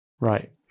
Right